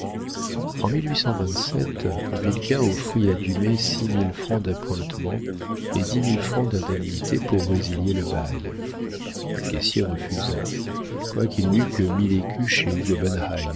en offrit à dumay six mille francs d'appointements et dix mille francs d'indemnité pour résilier le bail le caissier refusa quoiqu'il n'eût que mille écus chez